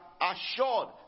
assured